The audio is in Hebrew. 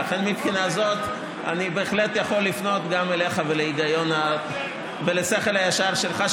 לכן מבחינה זאת אני בהחלט יכול לפנות אליך ולשכל הישר שלך,